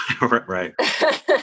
Right